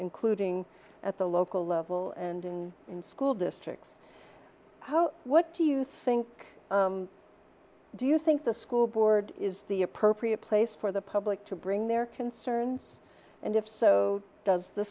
including at the local level and in school districts what do you think do you think the school board is the appropriate place for the public to bring their concerns and if so does the